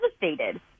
devastated